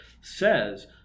says